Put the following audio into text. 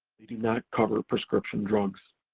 we do not cover prescription drugs.